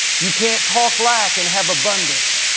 you can't talk lack and have abundance.